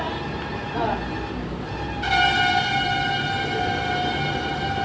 अनुदान, पूंजी निवेश, दान आ हर तरहक ऋण फंडिंग या वित्तीय सहायता छियै